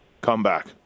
comeback